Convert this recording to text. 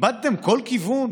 איבדתם כל כיוון?